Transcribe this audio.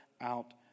out